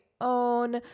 own